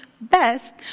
best